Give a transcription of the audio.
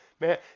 man